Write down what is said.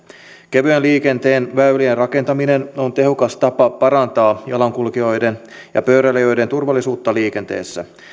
kevyen liikenteen väylien rakentaminen on tehokas tapa parantaa jalankulkijoiden ja pyöräilijöiden turvallisuutta liikenteessä